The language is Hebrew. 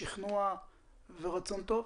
שכנוע ורצון טוב?